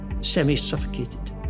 semi-suffocated